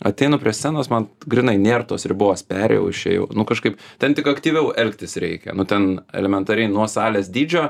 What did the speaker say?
ateinu prie scenos man grynai nėr tos ribos perėjau išėjau nu kažkaip ten tik aktyviau elgtis reikia nu ten elementariai nuo salės dydžio